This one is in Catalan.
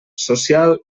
social